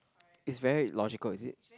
it's very logical is it